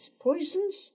poisons